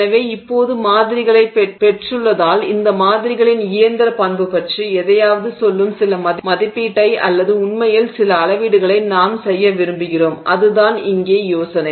எனவே இப்போது மாதிரிகளைப் பெற்றுள்ளதால் இந்த மாதிரிகளின் இயந்திர பண்பு பற்றி எதையாவது சொல்லும் சில மதிப்பீட்டை அல்லது உண்மையில் சில அளவீடுகளை நாம் செய்ய விரும்புகிறோம் அதுதான் இங்கே யோசனை